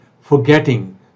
forgetting